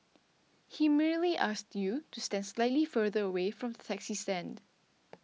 he merely asked you to stand slightly further away from the taxi stand